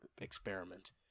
experiment